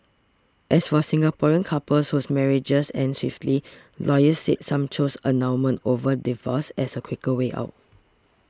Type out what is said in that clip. as for Singaporean couples whose marriages end swiftly lawyers said some choose annulment over divorce as a quicker way out